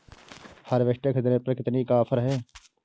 Harvester ख़रीदने पर कितनी का ऑफर है?